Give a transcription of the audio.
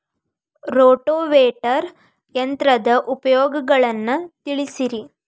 rotavator ಯಂತ್ರದ ಉಪಯೋಗಗಳನ್ನ ತಿಳಿಸಿರಿ